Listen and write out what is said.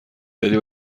داری